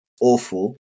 awful